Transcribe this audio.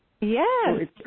Yes